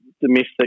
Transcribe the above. domestic